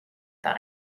par